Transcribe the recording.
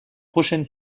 prochaine